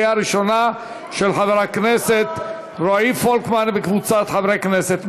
של חבר הכנסת רועי פולקמן וקבוצת חברי כנסת,